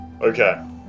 Okay